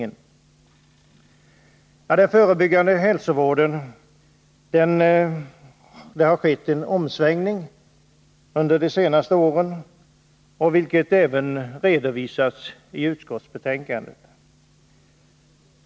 Beträffande den förebyggande hälsooch sjukvården har det skett en omsvängning under de senaste åren, vilket också redovisas i betänkandet.